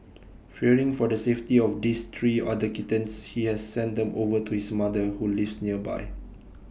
fearing for the safety of this three other kittens he has sent them over to his mother who lives nearby